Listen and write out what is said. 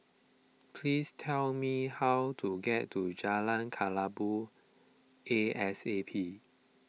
please tell me how to get to Jalan Kelabu A S A P